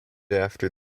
after